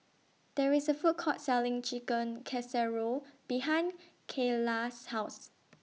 There IS A Food Court Selling Chicken Casserole behind Kaylah's House